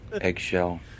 Eggshell